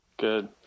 Good